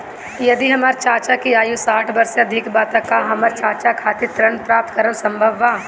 यदि हमर चाचा की आयु साठ वर्ष से अधिक बा त का हमर चाचा खातिर ऋण प्राप्त करल संभव बा